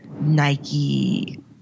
nike